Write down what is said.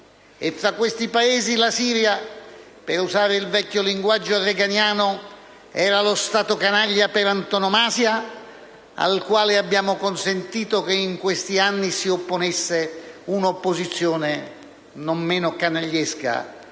Tra questi Paesi, la Siria, per usare il vecchio linguaggio reaganiano, era lo Stato canaglia per antonomasia, al quale abbiamo consentito che in questi anni si opponesse un'opposizione non meno canagliesca.